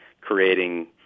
creating